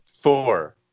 Four